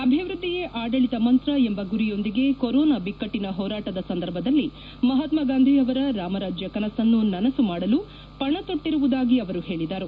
ಅಭಿವ್ಯದ್ಧಿಯೇ ಆಡಳಿತ ಮಂತ್ರ ಎಂಬ ಗುರಿಯೊಂದಿಗೆ ಕೊರೊನಾ ಬಿಕ್ಕಟ್ಟನ ಹೋರಾಟದ ಸಂದರ್ಭದಲ್ಲಿ ಮಹಾತ್ಮಾ ಗಾಂಧಿ ಅವರ ರಾಮರಾಜ್ಯ ಕನಸನ್ನು ನನಸು ಮಾಡಲು ಪಣತೊಟ್ಟಿರುವುದಾಗಿ ಅವರು ಹೇಳಿದರು